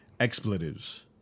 expletives